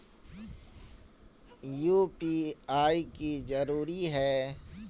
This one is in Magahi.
यु.पी.आई की जरूरी है?